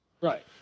Right